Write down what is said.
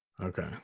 Okay